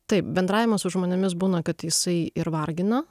taip bendravimas su žmonėmis būna kad jisai ir vargina